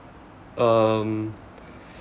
um